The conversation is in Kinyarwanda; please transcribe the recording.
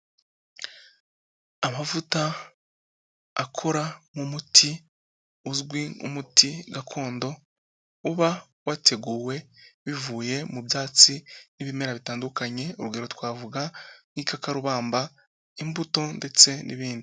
Amavuta akora nk'umuti uzwi nk'umuti gakondo, uba wateguwe bivuye mu byatsi n'ibimera bitandukanye, urugero twavuga nk'ikakarubamba imbuto ndetse n'ibindi.